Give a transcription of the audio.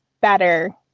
better